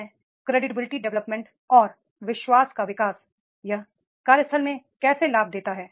में credibility development और विश्वास का विकास यह कार्यस्थल में कैसे लाभ देता है